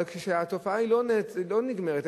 אבל כשהתופעה לא נגמרת,